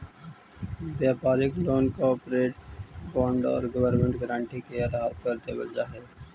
व्यापारिक loan corporate bond और government guarantee के आधार पर देवल जा हई